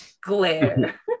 Glare